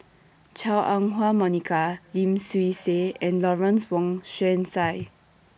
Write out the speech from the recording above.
Chua Ah Huwa Monica Lim Swee Say and Lawrence Wong Shyun Tsai